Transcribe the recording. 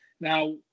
Now